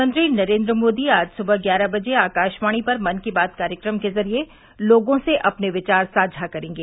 प्रधानमंत्री नरेन्द्र मोदी आज सुबह ग्यारह बजे आकाशवाणी पर मन की बात कार्यक्रम के ज़रिये लोगों से अपने विचार साझा करेंगे